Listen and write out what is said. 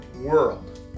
world